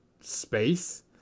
space